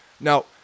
Now